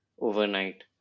overnight